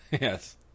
Yes